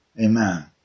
Amen